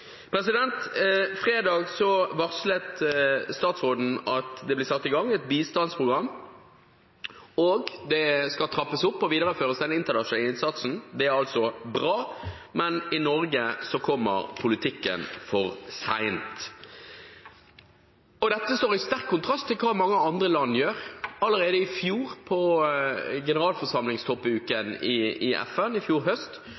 Fredag varslet statsråden at det blir satt i gang et bistandsprogram, og den internasjonale innsatsen skal trappes opp og videreføres. Det er bra, men i Norge kommer politikken for sent. Dette står i sterk kontrast til hva mange andre land gjør. Allerede i fjor, på generalforsamlingstoppuken